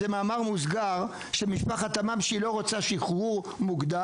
של משפחת תמם זה מאמר מוסגר שהיא לא רוצה שחרור מוקדם,